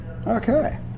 Okay